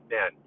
Man